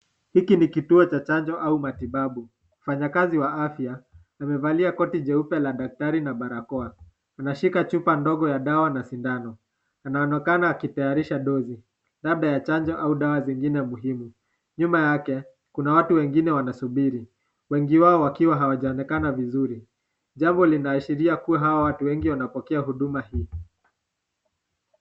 Hiki ni kituo cha chanjo au matibabu. mfanyakazi wa afya amevalia koti jeupe la daktari na barakoa. Anashika chupa ndogo ya dawa na sindano. Anaonekana akitayarisha dozi, labda ya chanjo au dawa zingine muhimu. Nyuma yake, kuna watu wengine wanasubiri. Wengi wao wakiwa hawajaonekana vizuri. Jambo linaashiria kuwa hawa watu wengi wanapokea huduma hii.